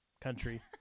country